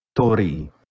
Tori